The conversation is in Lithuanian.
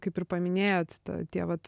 kaip ir paminėjot ta tie vat